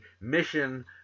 mission